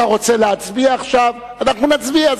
אתה רוצה להצביע עכשיו, אנחנו נצביע.